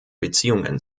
beziehungen